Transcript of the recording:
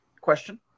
question